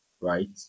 right